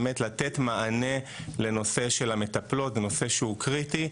באמת לתת מענה לנושא של המטפלות זה נושא שהוא קריטי,